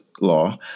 law